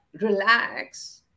relax